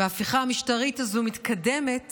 וההפיכה המשטרית הזו מתקדמת